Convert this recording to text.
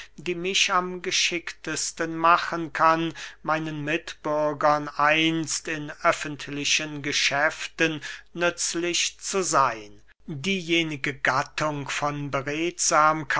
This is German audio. die mich am geschicktesten machen kann meinen mitbürgern einst in öffentlichen geschäften nützlich zu seyn diejenige gattung von